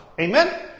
Amen